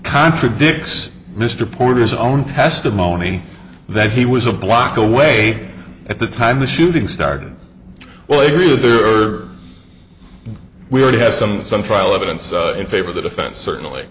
contradicts mr porter's own testimony that he was a block away at the time the shooting started well a period there are we already have some some trial evidence in favor of the defense certainly